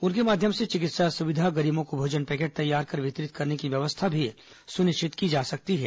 उनके माध्यम से चिकित्सा सुविधा गरीबों को भोजन पैकेट तैयार कर वितरित कराने की व्यवस्था भी सुनिष्वित की जा सकती है